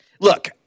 Look